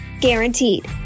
Guaranteed